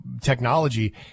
technology